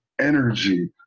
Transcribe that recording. energy